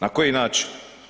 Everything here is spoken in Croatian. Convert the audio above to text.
Na koji način?